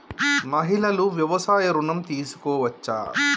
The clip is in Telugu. మహిళలు వ్యవసాయ ఋణం తీసుకోవచ్చా?